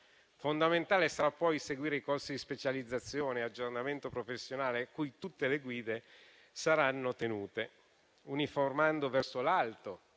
Fondamentale sarà poi seguire i corsi di specializzazione e di aggiornamento professionale a cui tutte le guide saranno tenute. Uniformando verso l'alto